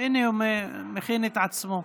הינה הוא מכין את עצמו.